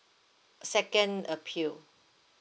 second appeal